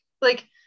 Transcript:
like-